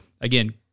again